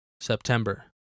September